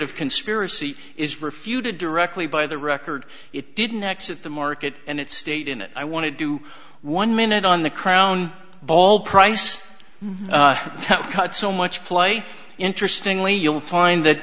of conspiracy is refuted directly by the record it didn't exit the market and it stayed in it i want to do one minute on the crown ball price cut so much play interestingly you'll find that